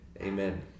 Amen